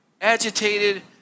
agitated